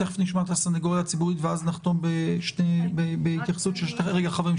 תיכף נשמע את הסנגוריה הציבורית ואז נחתום בהתייחסות של חברי הכנסת.